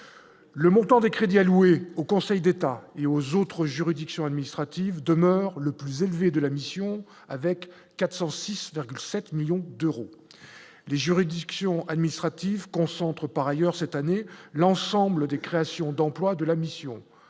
le montant des crédits alloués au Conseil d'État et aux autres juridictions administratives demeure le plus élevé de la mission avec 406,7 millions d'euros les juridictions administratives concentre par ailleurs cette année l'ensemble des créations d'emplois de la mission